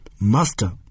Master